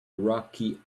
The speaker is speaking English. rocky